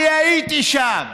אני הייתי שם,